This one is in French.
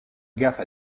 gaffe